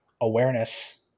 awareness